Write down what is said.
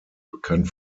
bekannt